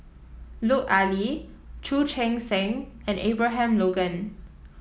Lut Ali Chu Chee Seng and Abraham Logan